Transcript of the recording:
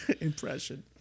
impression